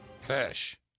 fish